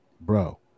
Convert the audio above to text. bro